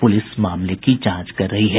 police मामले की जांच कर रही है